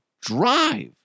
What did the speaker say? drive